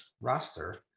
roster